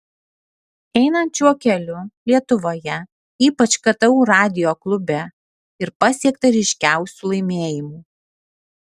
einant šiuo keliu lietuvoje ypač ktu radijo klube ir pasiekta ryškiausių laimėjimų